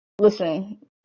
Listen